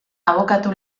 abokatu